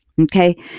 okay